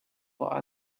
for